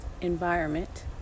environment